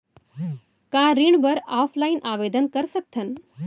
का ऋण बर ऑफलाइन आवेदन कर सकथन?